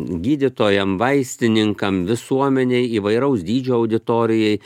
gydytojam vaistininkam visuomenei įvairaus dydžio auditorijai